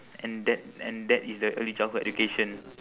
and that and that is the early childhood education